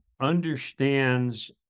understands